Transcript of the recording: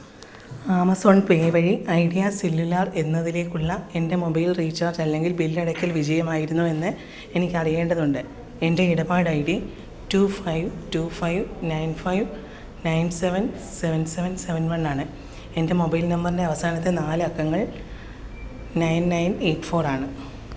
Amazon pay വഴി Idea cellular എന്നതിലേക്കുള്ള എൻ്റെ മൊബൈൽ റീചാർജ് അല്ലെങ്കിൽ ബിൽ അടയ്ക്കൽ വിജയമായിരുന്നോ എന്ന് എനിക്ക് അറിയേണ്ടതുണ്ട് എൻ്റെ ഇടപാടൈ D two five two five nine five nine seven seven seven seven വണാണ് എൻ്റെ മൊബൈൽ നമ്പറിൻ്റെ അവസാനത്തെ നാലക്കങ്ങൾ നയൺ നയൺ എയിറ്റ് ഫോറാണ്